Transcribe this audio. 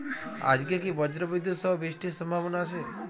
আজকে কি ব্রর্জবিদুৎ সহ বৃষ্টির সম্ভাবনা আছে?